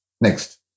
Next